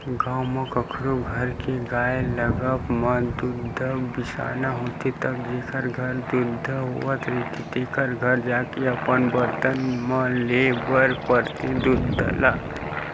गाँव म कखरो घर के गाय लागब म दूद बिसाना होथे त जेखर घर दूद होवत रहिथे तेखर घर जाके अपन बरतन म लेय बर परथे दूद ल